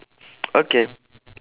okay